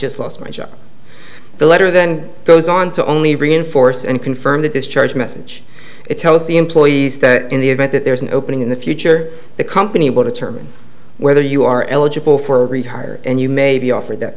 just lost my job the letter then goes on to only reinforce and confirm the discharge message it tells the employees that in the event that there is an opening in the future the company will determine whether you are eligible for rehire and you may be offered that